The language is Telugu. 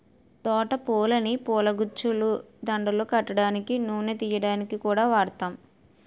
తోట పూలని పూలగుచ్చాలు, దండలు కట్టడానికి, నూనె తియ్యడానికి కూడా వాడుతాం